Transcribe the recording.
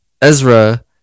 Ezra